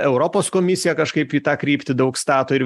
europos komisija kažkaip į tą kryptį daug stato ir